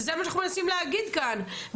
וזה מה שאנחנו מנסים להגיד כאן.